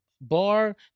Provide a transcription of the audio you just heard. bar